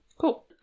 Cool